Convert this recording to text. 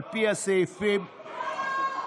לא.